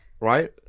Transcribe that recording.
right